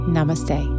Namaste